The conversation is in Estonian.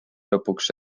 lõpuks